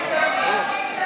לזה אתם מתכוונים.